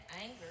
anger